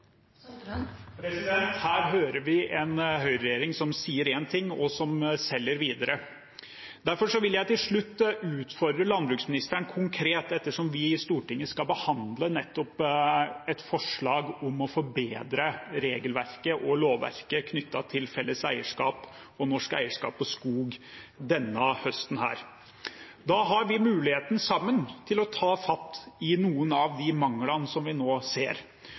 Her hører vi en høyreregjering som sier én ting, og som selger videre. Derfor vil jeg til slutt utfordre landbruksministeren konkret, ettersom vi i Stortinget skal behandle nettopp et forslag om å forbedre regelverket og lovverket knyttet til felles eierskap, norsk eierskap og skog denne høsten. Da har vi sammen muligheten til å ta fatt i noen av de manglene vi nå ser.